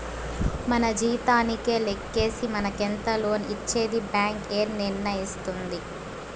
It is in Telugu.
మన జీతానికే లెక్కేసి మనకెంత లోన్ ఇచ్చేది బ్యాంక్ ఏ నిర్ణయిస్తుంది